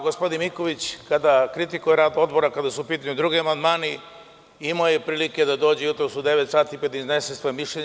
Gospodin Miković kada kritikuje rad odbora kada su u pitanju drugi amandmani, imao je prilike da dođe jutros u devet sati iznese svoje mišljenje.